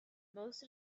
most